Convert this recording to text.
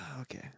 okay